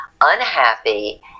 unhappy